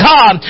God